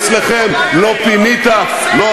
מה עשינו, אבל אצלכם: לא פינית, לא עשית.